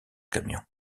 camion